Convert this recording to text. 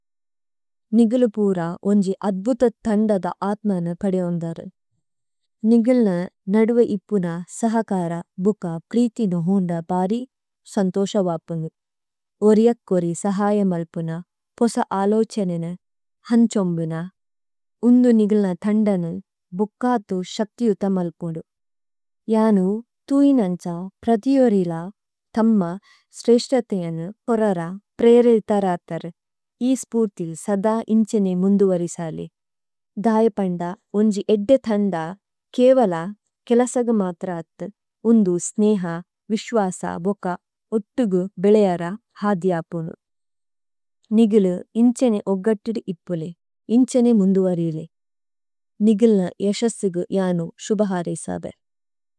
നിഗളു പൂരാ ഒംജി അദ്വുത തംഡദ ആത്മന പഡെയോംദരെ। നിഗളന നഡ്വെയിപ്പുന സഹാകാര ബുകാ പ്രിതിന ഹോംഡ ബാഡി സംതോഷവാപ്പുംഡു। വരിഎക്വരി സഹായമല്പുന പൊസ ആലോചിയന ഹംചമ്ബുന ഉന്നു നിഗളന ധന്ഡനു ബുകാതു ശക്തിയുതമല്പുംഡു। യാനു തൂയിനംചാ പ്രദിയോരില്ല തമ്മ സ്രേഷ്ടതെയനു പുരാര പ്രേരെയിദ്ധരാതരു ഇസ്പൂര്തി സദാ ഇംചനെ മുംദുവരിസാലു। ദായപംഡാ ഉംജി എഡ്ഡെ തംഡാ കേവലാ കിലസഗു മാത്രാത്തു ഉംദു സ്മേഹാ, വിശ്വാസാ, ഒകാ, ഒട്ടുഗു ബിളെയാരാ ഹാധ്യാപുനു। നിഗളു ഇംചനെ ഒഗട്ടുഡു ഇപ്പുലേ, ഇംചനെ മുംദുവരിലേ। നിഗള്ന യശസഗു യാനു ശുബാഹാരെസാബേ।